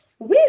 Woo